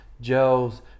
gels